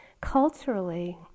Culturally